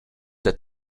that